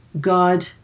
God